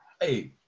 Hey